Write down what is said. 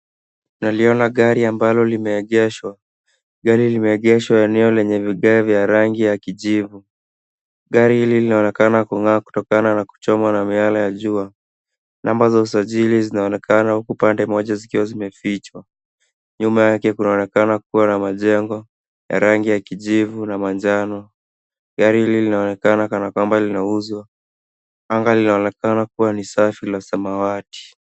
Naliona gari ambalo limeegeshwa. Gari limeegeshwa eneo lenye vigae vya rangi ya kijivu. Gari hili linaonekana kung'aa kutokana na kuchomwa na miale ya jua. Namba za usajili zinaonekana huku pande moja zikiwa zimefichwa. Nyuma yake kunaonekana kuwa na majengo ya rangi ya kijivu na manjano. Gari hili linaonekana kana kwamba linauzwa. Anga linaonekana kuwa ni safi la samawati.